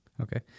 Okay